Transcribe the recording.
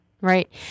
Right